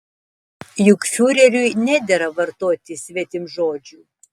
juk fiureriui nedera vartoti svetimžodžių